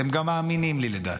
אתם גם מאמינים לי, לדעתי.